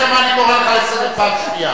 אני קורא אותך לסדר פעם שנייה.